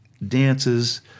dances